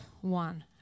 one